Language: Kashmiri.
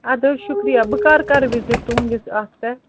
اَدٕ حظ شُکریہ بہٕ کَر کَرٕ وِزِٹ تُہنٛدِس اَتھ پٮ۪ٹھ